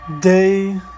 day